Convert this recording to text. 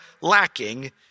lacking